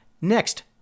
Next